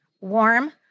warm